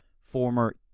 former